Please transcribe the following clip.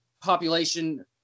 population